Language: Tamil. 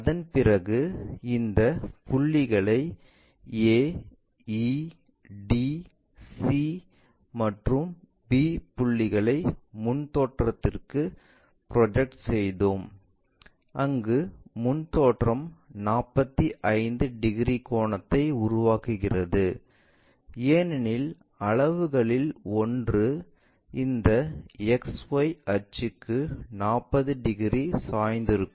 அதன்பிறகு இந்த புள்ளிகளை a e d c மற்றும் b புள்ளிகளை முன் தோற்றத்திற்கு ப்ரொஜெக்ட் செய்தோம் அங்கு முன் தோற்றம் 45 டிகிரி கோணத்தை உருவாக்குகிறது ஏனெனில் அளவுகளில் ஒன்று இந்த XY அச்சுக்கு 45 டிகிரி சாய்ந்திருக்கும்